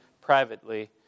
privately